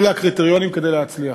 אלה הקריטריונים כדי להצליח.